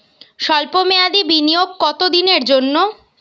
সল্প মেয়াদি বিনিয়োগ কত দিনের জন্য?